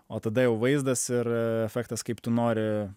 o tada jau vaizdas ir efektas kaip tu nori